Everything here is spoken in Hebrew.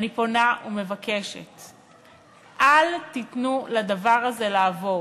אני פונה ומבקשת: אל תיתנו לדבר הזה לעבור.